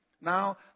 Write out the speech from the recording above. Now